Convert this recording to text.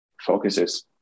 focuses